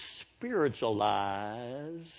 spiritualize